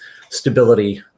stability